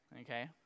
Okay